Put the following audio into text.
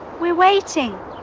we're waiting.